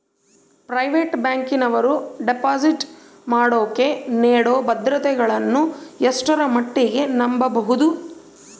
Private ಬ್ಯಾಂಕಿನವರು deposit ಮಾಡೋಕೆ ನೇಡೋ ಭದ್ರತೆಗಳನ್ನು ಎಷ್ಟರ ಮಟ್ಟಿಗೆ ನಂಬಬಹುದು?